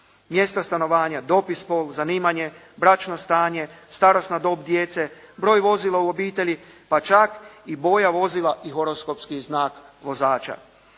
mjesta stanovanja, dob, spol, zanimanje, bračno stanje, starosna dob djece, broj vozila u obitelji, pa čak i boja vozila i horoskopski znak vozača.